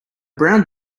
brown